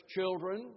Children